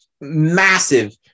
massive